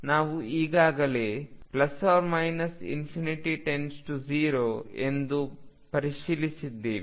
ನಾವು ಈಗಾಗಲೇ →0 ಎಂದು ಪರಿಶೀಲಿಸಿದ್ದೇವೆ